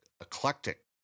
eclectic